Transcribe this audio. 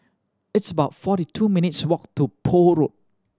it's about forty two minutes' walk to Poole Road